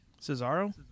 Cesaro